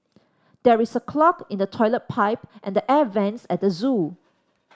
there is a clog in the toilet pipe and the air vents at the zoo